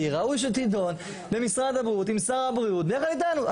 ראוי שתידון במשרד הבריאות עם שר הבריאות ביחד איתנו.